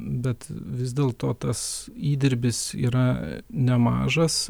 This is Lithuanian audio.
bet vis dėl to tas įdirbis yra nemažas